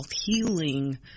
healing